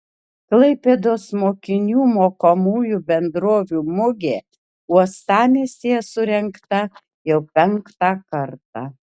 klaipėdos mokinių mokomųjų bendrovių mugė uostamiestyje surengta jau penktą kartą